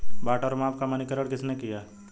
बाट और माप का मानकीकरण किसने किया?